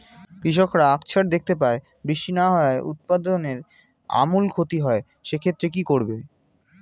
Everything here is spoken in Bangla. কৃষকরা আকছার দেখতে পায় বৃষ্টি না হওয়ায় উৎপাদনের আমূল ক্ষতি হয়, সে ক্ষেত্রে কি করব?